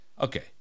Okay